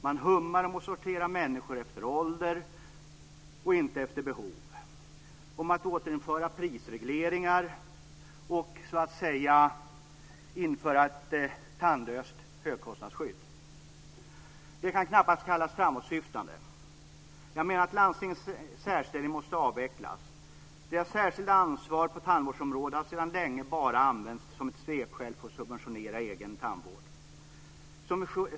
Man hummar om att sortera människor efter ålder och inte efter behov, om att återinföra prisreglering och om att införa ett så att säga tandlöst kostnadsskydd. Det kan knappast kallas framåtsyftande. Jag menar att landstingens särställning måste avvecklas. Landstingens särskilda ansvar på tandvårdsområdet har sedan länge använts bara som ett svepskäl för att subventionera egen tandvård.